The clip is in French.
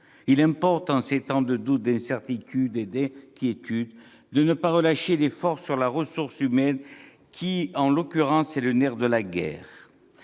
Il importe, en ces temps de doute, d'incertitude et d'inquiétude, de ne pas relâcher l'effort sur la ressource humaine, qui, en l'occurrence, est le nerf de la guerre